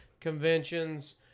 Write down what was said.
conventions